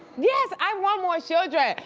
yes, i want more children.